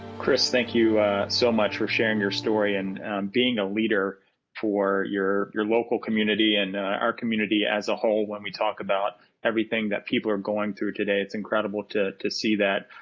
kris, thank you so much for sharing your story and being a leader for your your local community and our community as a whole, when we talk about everything that people are going through today. it's incredible to to see that.